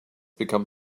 become